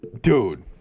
dude